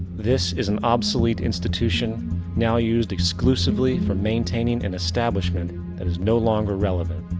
this is an obsolete institution now used exclusively for maintaining an establishment that is no longer relevant.